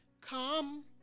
come